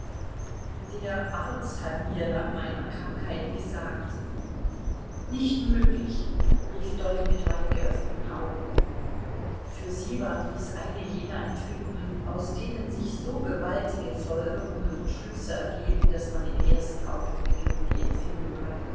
der arzt hat mir nach meiner krankheit gesagt nicht möglich rief dolly mit weit geöffneten augen für sie war dies eine jener enthüllungen aus denen sich so gewaltige folgerungen und schlüsse ergeben daß man im ersten augenblick nur die empfindung hat